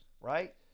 right